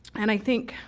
and i think,